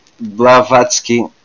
Blavatsky